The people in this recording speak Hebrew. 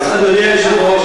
אדוני היושב-ראש,